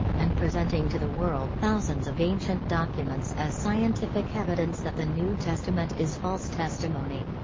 and presenting to the world thousands of ancient documents as scientific evidence that the new testament is false testimony.